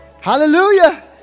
Hallelujah